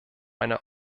eine